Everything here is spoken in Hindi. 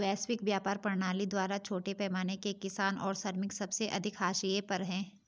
वैश्विक व्यापार प्रणाली द्वारा छोटे पैमाने के किसान और श्रमिक सबसे अधिक हाशिए पर हैं